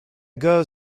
gogh